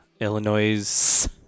Illinois